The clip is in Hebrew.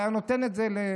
והיה נותן את זה לפוטין,